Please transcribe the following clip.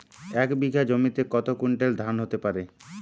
এক বিঘা জমিতে কত কুইন্টাল ধান হতে পারে?